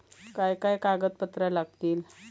काय काय कागदपत्रा लागतील?